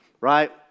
right